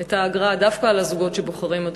את האגרה דווקא על הזוגות שבוחרים בכך,